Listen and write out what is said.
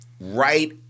right